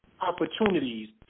opportunities